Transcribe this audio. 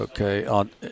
Okay